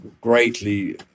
greatly